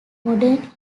modern